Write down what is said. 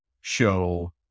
show